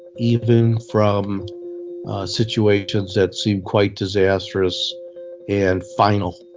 even from situations that seem quite disastrous and final.